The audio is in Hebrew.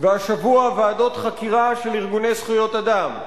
והשבוע ועדות חקירה של ארגוני זכויות אדם,